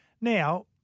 Now